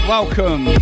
Welcome